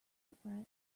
upright